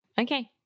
Okay